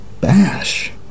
bash